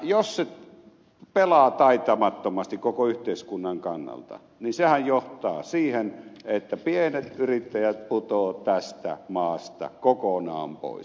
jos se pelaa taitamattomasti koko yhteiskunnan kannalta niin sehän johtaa siihen että pienet yrittäjät putoavat tästä maasta kokonaan pois